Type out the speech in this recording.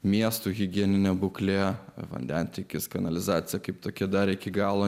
miesto higienine būkle vandentiekis kanalizacija kaip tokia dar iki galo